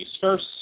First